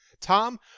Tom